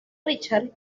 richard